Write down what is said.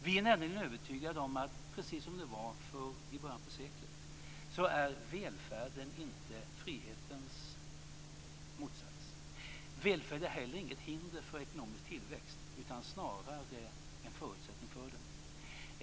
Vi är nämligen övertygade om, precis som det var i början av seklet, att välfärden inte är frihetens motsats. Välfärd är inte heller något hinder för ekonomisk tillväxt utan snarare en förutsättning för den.